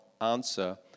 answer